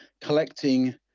collecting